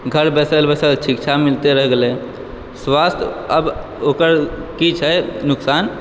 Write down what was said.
घर बैसल बैसल शिक्षा मिलते रहि गेलय स्वास्थय आब ओकर की छै नुकसान